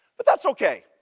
but that's ok.